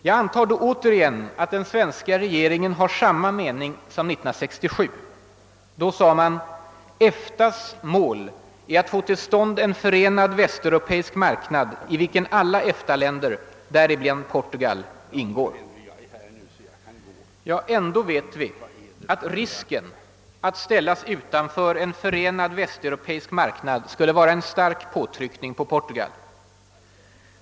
Jag antar då återigen att den svenska regeringen har samma mening som 1967. Då sade man: »EFTA :s mål är att få till stånd en förenad västeuropeisk marknad i vilken alla EFTA-länder, däribland Portugal, ingår.» Ändå vet vi att risken att ställas utanför en förenad västeuropeisk marknad skulle vara en stark påtryckning på Portugal.